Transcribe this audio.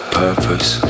purpose